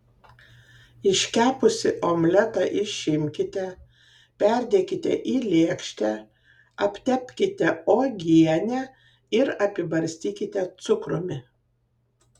iškepusį omletą išimkite perdėkite į lėkštę aptepkite uogiene ir apibarstykite cukrumi